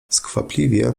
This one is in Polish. skwapliwie